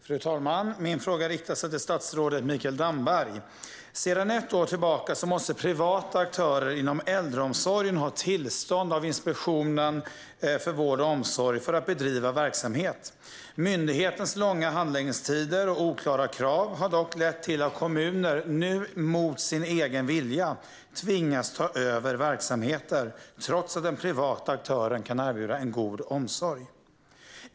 Fru talman! Jag riktar min fråga till närings och innovationsminister Mikael Damberg. Sedan ett år tillbaka måste privata aktörer inom äldreomsorgen ha tillstånd från Inspektionen för vård och omsorg för att bedriva verksamhet. Myndighetens långa handläggningstider och oklara krav har dock lett till att kommuner nu mot sin egen vilja tvingas ta över verksamheter, trots att den privata aktören kan erbjuda en god omsorg.